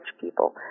people